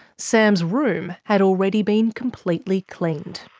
sam's room had already been completely cleaned.